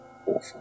awful